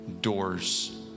doors